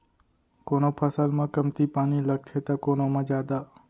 कोनो फसल म कमती पानी लगथे त कोनो म जादा